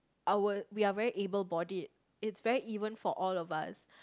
our we are very able board it it's very even for all of us